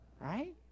Right